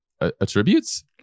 attributes